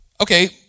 okay